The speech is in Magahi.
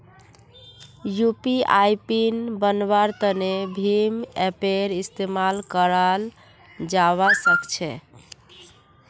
यू.पी.आई पिन बन्वार तने भीम ऐपेर इस्तेमाल कराल जावा सक्छे